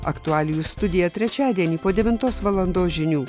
aktualijų studija trečiadienį po devintos valandos žinių